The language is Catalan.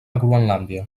groenlàndia